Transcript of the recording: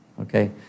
Okay